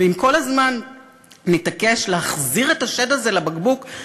ואם כל הזמן נתעקש להחזיר את השד הזה לבקבוק,